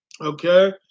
Okay